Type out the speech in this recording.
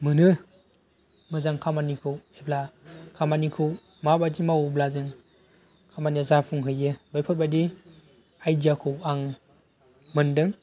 मोनो मोजां खामानिखौ एबा खामानिखौ माबायदि मावोब्ला जों खामानिया जाफुंहैयो बेफोरबायदि आयदियाखौ आं मोन्दों